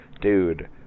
dude